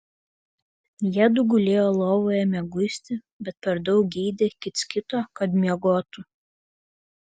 jiedu gulėjo lovoje mieguisti bet per daug geidė kits kito kad miegotų